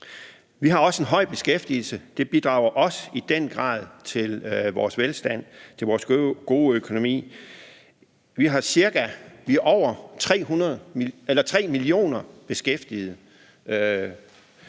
Vi har også en høj beskæftigelse. Det bidrager også i den grad til vores velstand og til vores gode økonomi. Vi har over 3 millioner beskæftigede